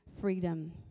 freedom